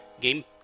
game